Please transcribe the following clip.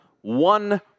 one